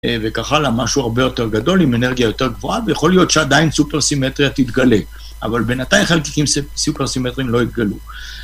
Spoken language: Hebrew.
וכך הלאה, משהו הרבה יותר גדול עם אנרגיה יותר גבוהה, ויכול להיות שעדיין סופר-סימטריה תתגלה. אבל בינתיים חלקיקים סופר-סימטריים לא התגלו.